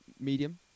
medium